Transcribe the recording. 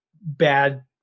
bad